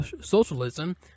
socialism